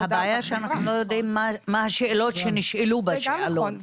הבעיה שאנחנו לא יודעים מה השאלות שנשאלו בשאלון.